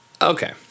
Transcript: Okay